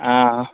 অঁ